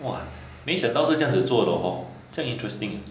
!wah! 没想到是这样子做的 hor 这样 interesting